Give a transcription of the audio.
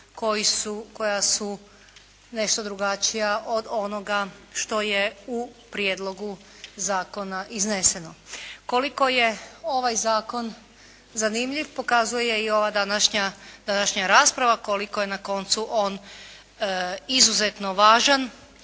koja su nešto drugačija od onoga što je u prijedlogu zakona izneseno. Koliko je ovaj zakon zanimljiv, pokazuje i ova današnja rasprava koliko je na koncu on izuzetno važan